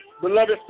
Beloved